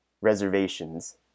reservations